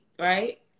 right